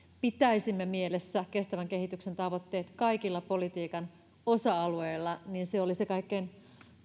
pitäisimme mielessä kestävän kehityksen tavoitteet kaikilla politiikan osa alueilla se olisi kaikkein